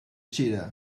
cheetah